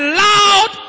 loud